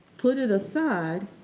put it aside,